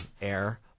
air